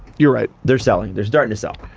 you're right. they're selling, they're starting to sell,